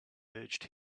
urged